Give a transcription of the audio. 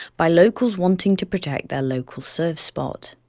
by locals wanting to protect their local surf spot.